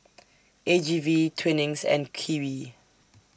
A G V Twinings and Kiwi